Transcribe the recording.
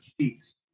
cheeks